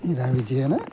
ഇതാ വിജയൻ